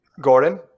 Gordon